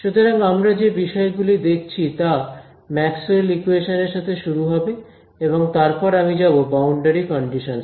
সুতরাং আমরা যে বিষয়গুলি দেখছি তা ম্যাক্সওয়েলস ইকুয়েশনস Maxwell's equations সাথে শুরু হবে এবং তারপরে আমি যাব বাউন্ডারি কন্ডিশনস এ